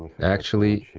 actually,